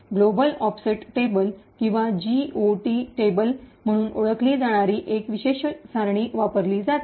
global offset table किंवा GOT table म्हणून ओळखली जाणारी एक विशेष सारणी वापरली जाते